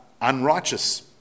unrighteous